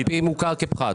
ה-IP מוכר כפרט.